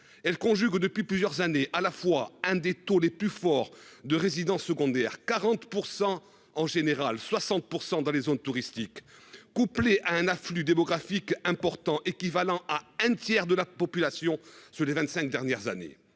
elle conjugue depuis plusieurs années à la fois un des taux les plus forts de résidences secondaires, 40% en général 60% dans les zones touristiques, couplé à un afflux démographique important équivalant à un tiers de la population sur les 25 dernières années.